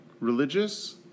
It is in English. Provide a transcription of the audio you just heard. religious